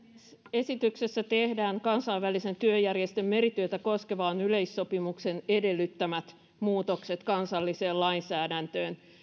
esityksessä tehdään kansainvälisen työjärjestön merityötä koskevan yleissopimuksen edellyttämät muutokset kansalliseen lainsäädäntöön